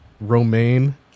Romaine